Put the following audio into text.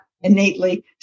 innately